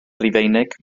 rufeinig